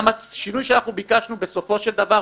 גם השינוי שאנחנו ביקשנו בסופו של דבר,